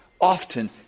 often